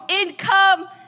income